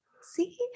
See